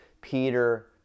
Peter